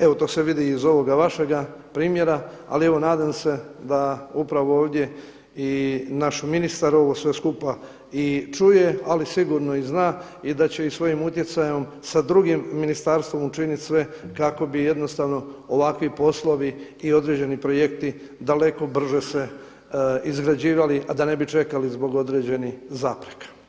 evo to se vidi iz ovog vašega primjera, ali evo nadam se da upravo ovdje i naš ministar ovo sve skupa i čuje, ali sigurno i zna i da će svojim utjecajem sa drugim ministarstvom učiniti sve kako bi jednostavno ovakvi poslovi i određeni projekti daleko brže se izgrađivali, a da ne bi čekali zbog određenih zapreka.